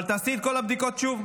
אבל תעשי את כל הבדיקות שוב.